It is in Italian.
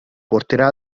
porterà